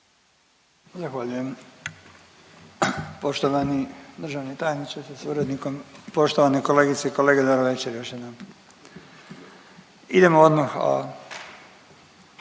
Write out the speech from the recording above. Zahvaljujem. Poštovani državni tajniče sa suradnikom, poštovane kolegice i kolege, dobro večer, još jednom. Idemo odmah na,